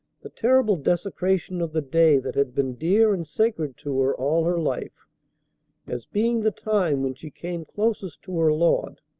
the terrible desecration of the day that had been dear and sacred to her all her life as being the time when she came closest to her lord